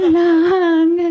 long